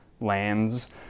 lands